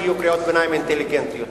שיהיו קריאות ביניים אינטליגנטיות.